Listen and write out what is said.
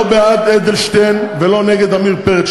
לא בעד אדלשטיין ולא נגד עמיר פרץ.